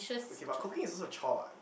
okay but cooking is also a chore what